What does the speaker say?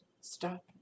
Stop